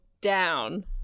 down